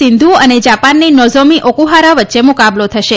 સિંધુ અને જાપાનની Nozomi Okuhara વચ્ચે મુકાબલો થશે